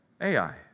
Ai